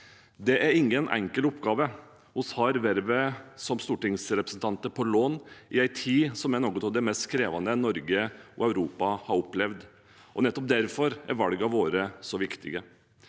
Det er ingen enkel oppgave. Vi har vervet som stortingsrepresentanter på lån i en tid som er en av de mest krevende Norge og Europa har opplevd. Nettopp derfor er valgene våre så viktige.